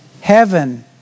heaven